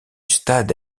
stade